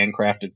handcrafted